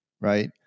Right